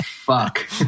fuck